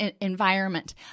environment